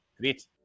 Great